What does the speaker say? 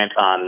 on